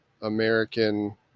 American